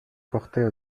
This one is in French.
portait